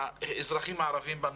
האזרחים הערבים במדינה.